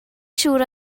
siŵr